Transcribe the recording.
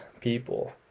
people